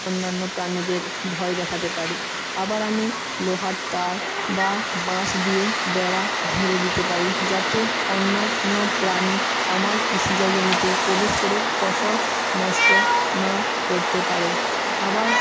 অন্যান্য প্রাণীদের ভয় দেখাতে পারি আবার আমি লোহার তার বা বাঁশ দিয়ে বেড়া ঘিরে দিতে পারি যাতে অন্য অন্য প্রাণী আমার কৃষিজ জমিতে প্রবেশ করে ফসল নষ্ট না করতে পারে আবার